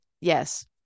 yes